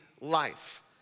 life